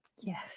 Yes